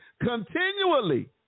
Continually